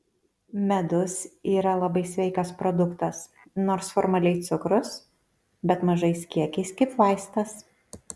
medus yra labai sveikas produktas nors formaliai cukrus bet mažais kiekiais kaip vaistas